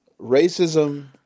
Racism